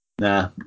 Nah